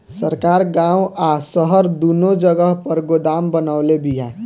सरकार गांव आ शहर दूनो जगह पर गोदाम बनवले बिया